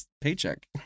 paycheck